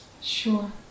Sure